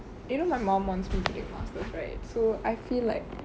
you know my mom wants me to take masters right so I feel like